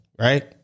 right